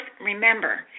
remember